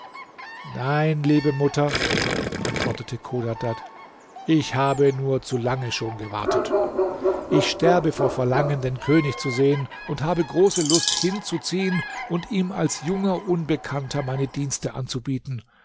nein liebe mutter antwortete chodadad ich habe nur zu lange schon gewartet ich sterbe vor verlangen den könig zu sehen und habe große lust hinzuziehen und ihm als junger unbekannter meine dienste anzubieten